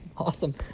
Awesome